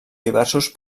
diversos